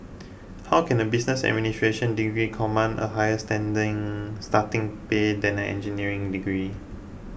how can a business administration degree command a higher standing starting pay than an engineering degree